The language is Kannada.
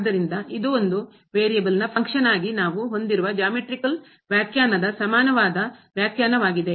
ಆದ್ದರಿಂದ ಇದು ಒಂದು ವೇರಿಯೇಬಲ್ನ ಫಂಕ್ಷನ್ಗಾಗಿ ಕಾರ್ಯಕ್ಕಾಗಿ ನಾವು ಹೊಂದಿರುವ ಜಾಮೆಟ್ರಿಕಲ್ ಜ್ಯಾಮಿತೀಯ ವ್ಯಾಖ್ಯಾನಕ್ಕೆ ಸಮಾನವಾದ ವ್ಯಾಖ್ಯಾನವಾಗಿದೆ